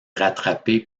rattrapé